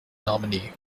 nominee